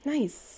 Nice